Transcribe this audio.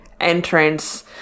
entrance